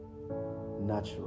natural